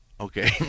Okay